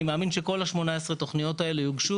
אני מאמין שכל 18 התוכניות האלה יוגשו